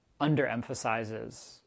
underemphasizes